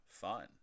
fun